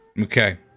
Okay